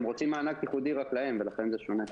הם רוצים מענק ייחודי רק להם ולכן זה שונה.